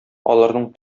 аларның